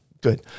good